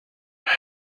elle